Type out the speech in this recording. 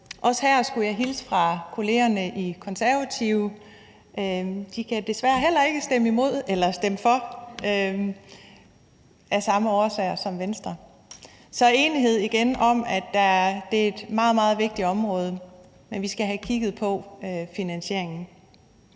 også her skulle jeg hilse fra kollegaerne i Konservative og sige, at de desværre heller ikke kan stemme for af samme årsager som Venstre. Så der er igen enighed om, at det er et meget, meget vigtigt område, men vi skal have kigget på finansieringen.